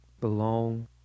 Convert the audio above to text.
belong